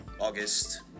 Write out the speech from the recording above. August